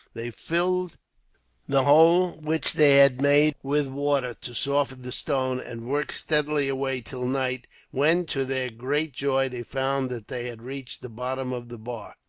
they filled the hole which they had made with water, to soften the stone, and worked steadily away till night when, to their great joy, they found that they had reached the bottom of the bar.